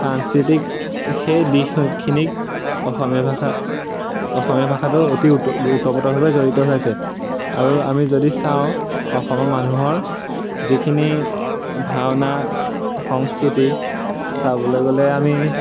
সাংস্কৃতিক সেই দিশখিনিক অসমীয়া ভাষা অসমীয়া ভাষাটো অতি উত উতপ্ৰোতভাৱে জড়িত হৈ আছে আৰু আমি যদি চাওঁ অসমৰ মানুহৰ যিখিনি ভাওনা সংস্কৃতি চাবলৈ গ'লে আমি